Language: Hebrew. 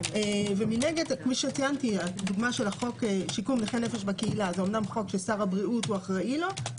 ומנגד הדוגמה של חוק שיקום נכי נפש בקהילה אמנם שר הבריאות אחראי לו,